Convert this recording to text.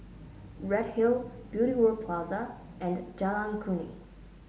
Redhill Beauty World Plaza and Jalan Kuning